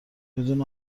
بدون